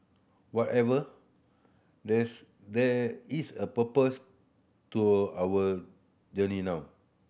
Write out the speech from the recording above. whatever this there is a purpose to our journey now